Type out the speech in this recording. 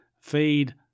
feed